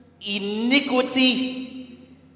iniquity